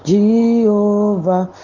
Jehovah